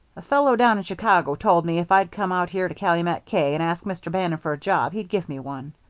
a fellow down in chicago told me if i'd come out here to calumet k and ask mr. bannon for a job, he'd give me one.